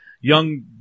young